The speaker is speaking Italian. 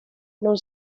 non